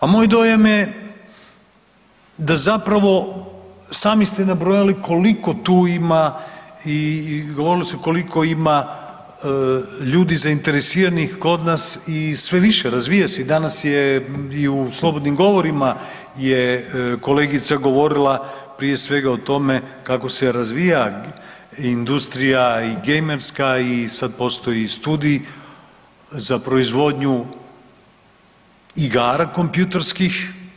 A moj dojam je da zapravo sami ste nabrojali koliko tu ima i govorilo se koliko ima ljudi zainteresiranih kod nas i sve više razvija se i danas je u slobodnim govorima je kolegica govorila prije svega o tome kako se razvija industrija i gamerska i sad postoji i studij za proizvodnju igara kompjutorskih.